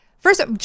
First